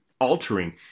altering